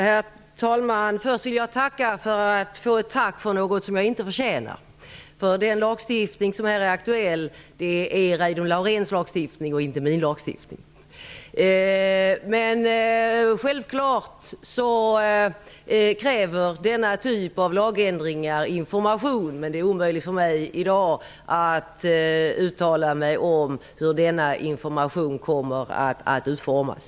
Herr talman! Först vill jag tacka för att jag fick ett tack för något som jag inte förtjänar. Den lagstiftning som här är aktuell berör Reidunn Laurén och inte mig. Självfallet kräver denna typ av lagändringar informationsinsatser, men det är omöjligt för mig i dag att uttala mig om hur denna information kommer att utformas.